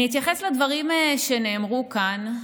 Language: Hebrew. אני אתייחס לדברים שנאמרו כאן,